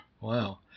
Wow